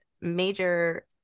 major